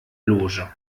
loge